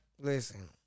listen